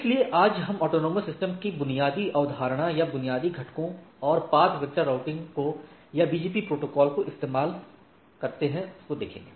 इसलिए आज हम स्वायत्त प्रणाली की बुनियादी अवधारणा या बुनियादी घटकों और पाथ वेक्टर राउटिंग को या बीजीपी जिस प्रोटोकॉल को इस्तेमाल करती है उसको देखेंगे